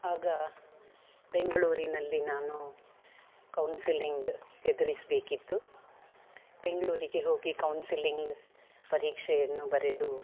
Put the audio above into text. ಆಗ ಬೆಂಗಳೂರಿನಲ್ಲಿ ನಾನು ಕೌನ್ಸಿಲಿಂಗ್ ಎದುರಿಸಬೇಕಿತ್ತು ಬೆಂಗಳೂರಿಗೆ ಹೋಗಿ ಕೌನ್ಸಿಲಿಂಗ್ ಪರೀಕ್ಷೆಯನ್ನು ಬರೆದು